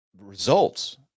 results